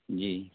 جی